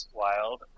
wild